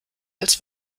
als